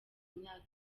myaka